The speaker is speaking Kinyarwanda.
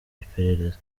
iperereza